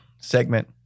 segment